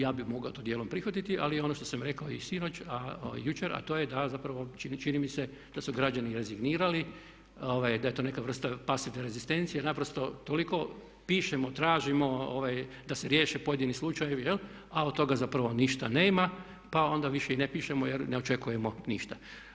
Ja bih mogao to dijelom prihvatiti ali ono što sam rekao i jučer a to je da, zapravo čini mi se da su građani rezignirali, da je to neka vrsta pasivne rezistencije, naprosto toliko pišemo, tražimo da se riješe pojedini slučajevi a od toga zapravo ništa nema pa onda više i ne pišemo jer ne očekujemo ništa.